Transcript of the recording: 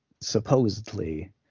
supposedly